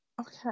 Okay